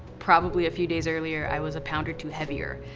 probably a few days earlier, i was a pound or two heavier.